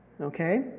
Okay